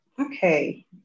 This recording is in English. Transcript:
Okay